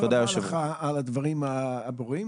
תודה רבה לך על הדברים הברורים.